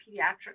pediatric